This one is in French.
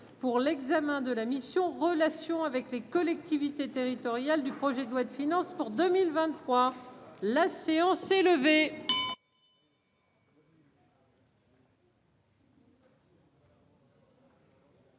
pour l'examen de la mission Relations avec les collectivités territoriales du projet de loi de finances pour 2023 la séance est levée.